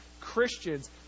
Christians